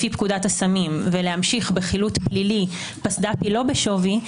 לפי פקודת הסמים ולהמשיך בחילוט פלילי פסד"פי לא בשווי,